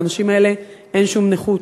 לאנשים האלה אין שום נכות,